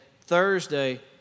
Thursday